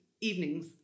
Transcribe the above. evenings